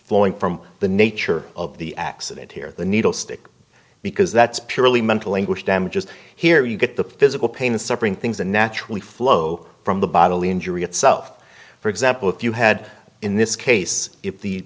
flowing from the nature of the accident here the needle stick because that's purely mental anguish damages here you get the physical pain the suffering things and naturally flow from the bottle the injury itself for example if you had in this case if the